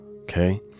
Okay